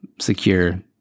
secure